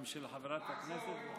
גם של חברת הכנסת.